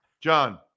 John